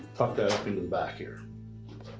tuck that up into the back here.